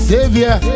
Savior